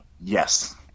yes